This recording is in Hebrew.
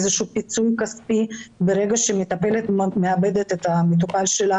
איזשהו פיצוי כספי ברגע שמטפלת מאבדת את המטופל שלה